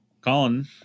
Colin